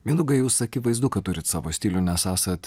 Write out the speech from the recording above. mindaugai jūs akivaizdu kad turit savo stilių nes esat